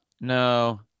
No